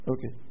Okay